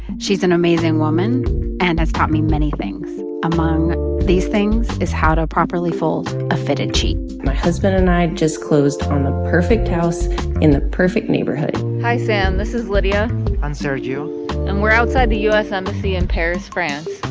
she's an amazing woman and has taught me many things. among these things is how to properly fold a fitted sheet my husband and i just closed on the perfect house in the perfect neighborhood hi, sam. this is lydia and sergio and we're outside the u s. embassy in paris, france.